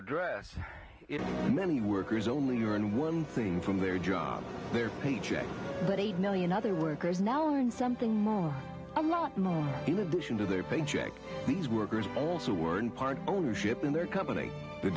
address it many workers only urine one thing from their job their paycheck but eight million other workers now own something i'm not in addition to their paycheck these workers also weren't part ownership in their company the